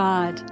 God